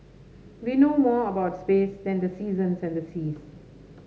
we know more about space than the seasons and the seas